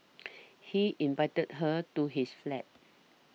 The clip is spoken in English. he invited her to his flat